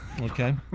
Okay